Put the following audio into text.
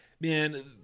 Man